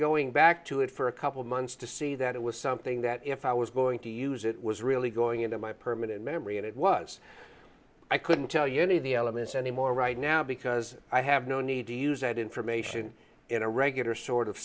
going back to it for a couple of months to see that it was something that if i was going to use it was really going into my permanent memory and it was i couldn't tell you any of the elements anymore right now because i have no need to use that information in a regular sort of